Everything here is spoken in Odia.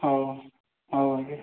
ହଉ ହ ହଉ ଆଜ୍ଞା